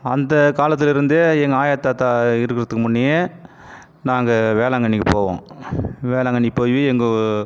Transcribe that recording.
அந்த காலத்திலருந்தே எங்கள் ஆயா தாத்தா இருக்கிறதுக்கு முன்னையே நாங்கள் வேளாங்கண்ணிக்கி போவோம் வேளாங்கண்ணி போய் எங்கள்